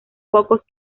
pocos